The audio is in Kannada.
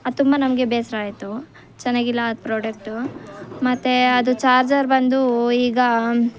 ಅದು ತುಂಬ ನಮಗೆ ಬೇಸರ ಆಯ್ತು ಚೆನ್ನಾಗಿಲ್ಲ ಅದು ಪ್ರೊಡಕ್ಟು ಮತ್ತು ಅದು ಚಾರ್ಜರ್ ಬಂದು ಈಗ